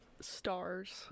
stars